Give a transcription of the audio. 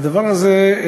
הדבר הזה,